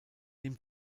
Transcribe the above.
dem